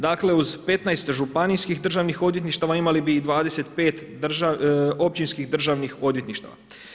Dakle, uz 15 županijskih državnih odvjetništava imali bi ih 25 općinskih državnih odvjetništava.